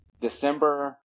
December